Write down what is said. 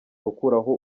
gukuraho